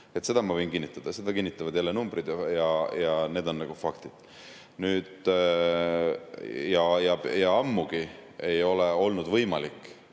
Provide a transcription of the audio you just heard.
Seda ma võin kinnitada. Seda kinnitavad jälle numbrid ja need on faktid. Ammugi ei ole olnud võimalik